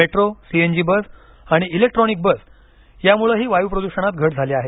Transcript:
metro CNG bus आणि electronic bus यामुळेही वायू प्रदूषणात घट झाली आहे